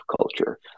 culture